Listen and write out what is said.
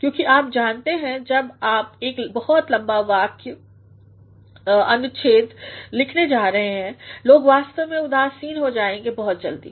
क्योंकि आप जानते हैं जब आप एक बहुत लम्बा वाक्य या बहुत लम्बा अनुच्छेद लिखने जाएंगे लोग वास्तव में उदासीन हो जाएंगे बहुत जल्दी